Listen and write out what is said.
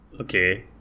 Okay